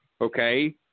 okay